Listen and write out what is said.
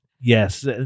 Yes